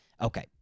okay